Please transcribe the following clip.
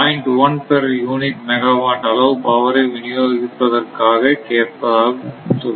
1 per unit megawatt அளவு பவரை விநியோகிப்பதற்காக கேட்பதாக சொல்வோம்